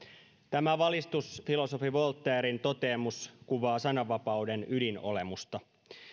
tämä valistusfilosofi voltairen toteamus kuvaa sananvapauden ydinolemusta